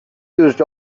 used